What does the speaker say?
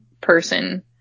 person